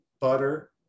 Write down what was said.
butter